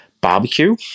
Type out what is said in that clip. barbecue